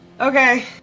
Okay